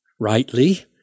rightly